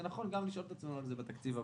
נכון גם לשאול את עצמנו על זה בתקציב הבא.